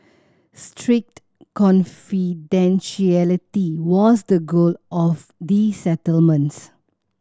strict confidentiality was the goal of the settlements